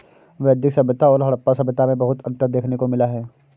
वैदिक सभ्यता और हड़प्पा सभ्यता में बहुत अन्तर देखने को मिला है